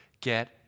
get